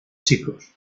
chicos